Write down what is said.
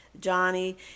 Johnny